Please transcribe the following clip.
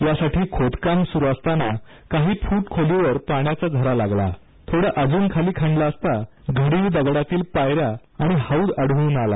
त्यासाठी खोदकाम सुरू असताना काही फूट खोलीवर पाण्याचा झरा लागला थोडे अजून खाणले असता घडीव दगडातील पायऱ्या आणि हौद आढळून आला